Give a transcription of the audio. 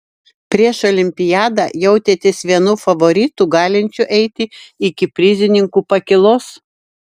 prieš olimpiadą jautėtės vienu favoritų galinčiu eiti iki prizininkų pakylos